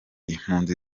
impunzi